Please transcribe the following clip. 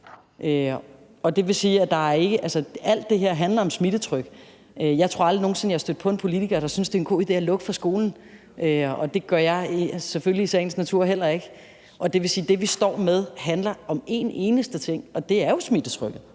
alt det her handler om smittetryk. Jeg tror aldrig nogen sinde, jeg er stødt på en politiker, der synes, det er en god idé at lukke for skolen, og det gør jeg i sagens natur selvfølgelig heller ikke. Det vil sige, at det, vi står med, handler om en eneste ting, og det er jo smittetrykket.